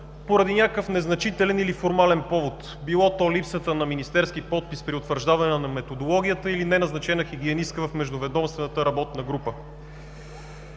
поради някакъв незначителен или формален повод – било то липсата на министерски подпис при утвърждаване на Методологията или неназначена хигиенистка в Междуведомствената работна група.